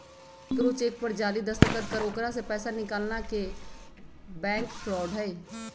केकरो चेक पर जाली दस्तखत कर ओकरा से पैसा निकालना के बैंक फ्रॉड हई